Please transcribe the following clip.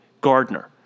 gardner